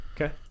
okay